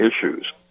issues